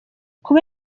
kuba